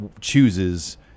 chooses